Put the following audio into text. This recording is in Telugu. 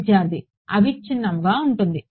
విద్యార్థి అవిచ్ఛిన్నముగా ఉంటుంది